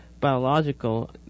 biological